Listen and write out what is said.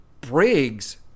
Briggs